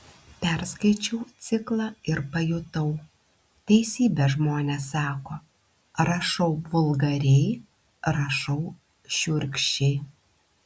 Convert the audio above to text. perskaičiau ciklą ir pajutau teisybę žmonės sako rašau vulgariai rašau šiurkščiai